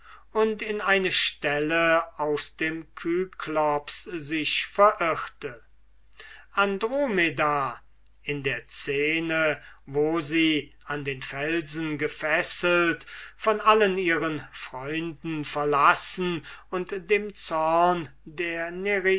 und in eine stelle aus dem cyklops sich verirrete andromeda in der scene wo sie an den felsen gefesselt von allen ihren freunden verlassen und dem zorn der